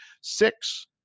six